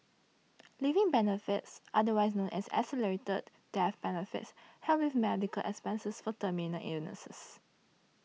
living benefits otherwise known as accelerated death benefits help with medical expenses for terminal illnesses